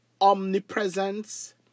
omnipresence